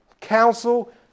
council